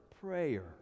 prayer